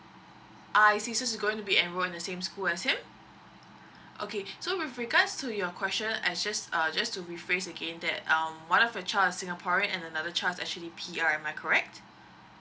ah I see so is going to be enrolled in the same school as him okay so with regards to your question I just uh just to rephrase again that um one of your child is singaporean and another child is actually P_R am I correct